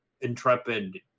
Intrepid